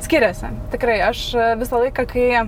skiriasi tikrai aš visą laiką kai